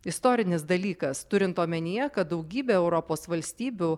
istorinis dalykas turint omenyje kad daugybė europos valstybių